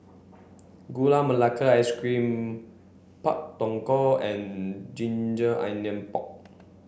Gula Melaka Ice cream Pak Thong Ko and Ginger Onion Pork